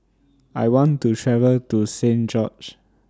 I want to travel to Saint George's